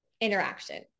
interaction